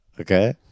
Okay